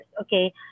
okay